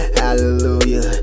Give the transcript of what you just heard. hallelujah